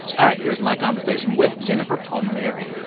all right. here is my conversation with jennifer palmieri.